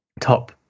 top